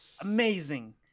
Amazing